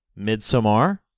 Midsommar